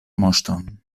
moŝton